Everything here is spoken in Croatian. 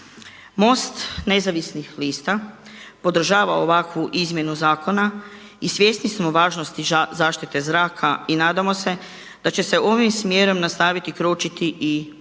MOST Nezavisnih lista podržava ovakvu izmjenu zakona i svjesni smo važnosti zaštite zraka i nadamo se da će se ovim smjerom nastaviti kročiti i u